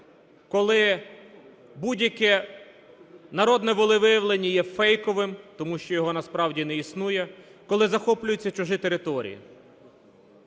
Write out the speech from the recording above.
коли будь-яке народне волевиявлення є фейковим, тому що його насправді не існує, коли захоплюються чужі території.